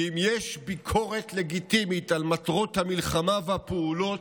ואם יש ביקורת לגיטימית על מטרות המלחמה והפעולות,